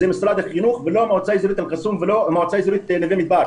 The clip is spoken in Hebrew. זה משרד החינוך ולא המועצה האזורית אל קסום ולא מועצה אזורית נווה מדבר.